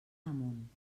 amunt